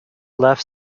left